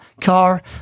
car